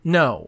no